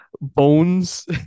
bones